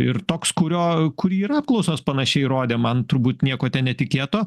ir toks kurio kurį ir apklausos panašiai rodė man turbūt nieko netikėto